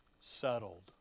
settled